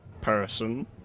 person